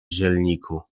zielniku